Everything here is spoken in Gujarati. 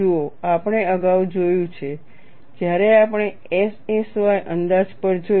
જુઓ આપણે અગાઉ જોયું છે જ્યારે આપણે SSY અંદાજ પર જોયું